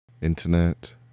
Internet